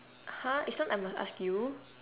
!huh! is not I must ask you